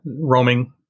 roaming